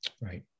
Right